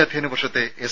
അധ്യയന വർഷത്തെ എസ്